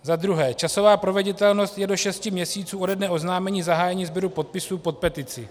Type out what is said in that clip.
Za druhé: Časová proveditelnost je do šesti měsíců ode dne oznámení zahájení sběru podpisů pod petici.